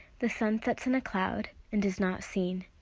the sun sets in a cloud and is not seen.